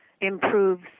improves